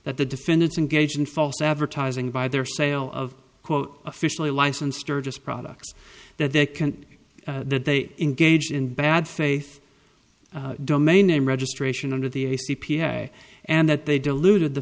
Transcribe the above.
that the defendants engaged in false advertising by their sale of quote officially licensed sturgis products that they can that they engage in bad faith domain name registration under the a c p a and that they diluted the